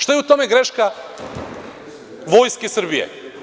Šta je u tome greška Vojske Srbije?